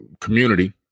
community